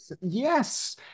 Yes